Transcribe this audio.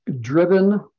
driven